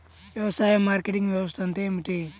వ్యవసాయ మార్కెటింగ్ వ్యవస్థ అంటే ఏమిటి?